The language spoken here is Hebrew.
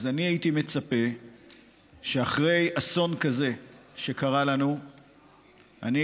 אז אני הייתי מצפה שאחרי שקרה לנו אסון כזה,